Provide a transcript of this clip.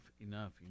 enough